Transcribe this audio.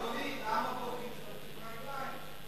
אז למה בוכים שנופלים מהרגליים?